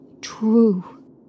true